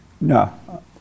No